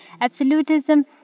Absolutism